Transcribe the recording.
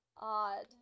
Odd